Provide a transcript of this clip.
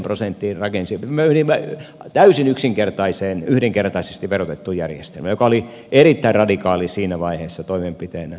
sitten me menimme täysin yksinkertaiseen yhdenkertaisesti verotettuun järjestelmään joka oli erittäin radikaali siinä vaiheessa toimenpiteenä